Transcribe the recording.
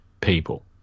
people